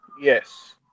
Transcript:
Yes